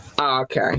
Okay